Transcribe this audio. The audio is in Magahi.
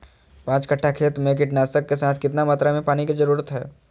पांच कट्ठा खेत में कीटनाशक के साथ कितना मात्रा में पानी के जरूरत है?